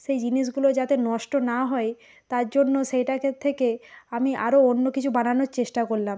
সেই জিনিসগুলো যাতে নষ্ট না হয় তার জন্য সেইটাকে থেকে আমি আরও অন্য কিছু বানানোর চেষ্টা করলাম